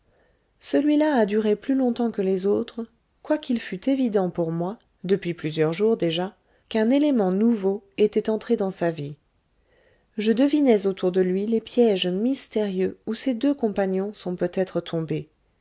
celui-là a duré plus longtemps que les autres quoiqu'il fût évident pour moi depuis plusieurs jours déjà qu'un élément nouveau était entré dans sa vie je devinais autour de lui les pièges mystérieux où ses deux compagnons sont peut-être tombés